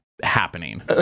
happening